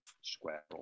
square